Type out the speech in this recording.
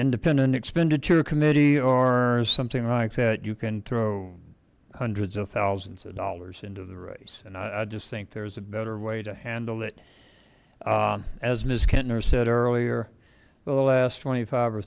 independent expenditure committee or something like that you can throw hundreds of thousands of dollars into the race and i just think there's a better way to handle it as mister kentner said earlier well the last twenty five or